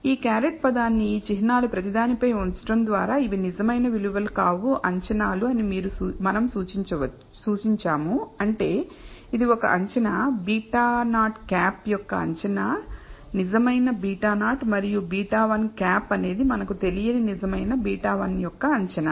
ఈ కేరెట్ పదాన్ని ఈ చిహ్నాలు ప్రతి దానిపై ఉంచడం ద్వారా ఇవి నిజమైన విలువలు కావు అంచనాలు అని మనం సూచించాము అంటే ఇది ఒక అంచనా β̂0 యొక్క అంచనా నిజమైన β0 మరియు β̂1 అనేది మనకు తెలియని నిజమైన β1యొక్క అంచనా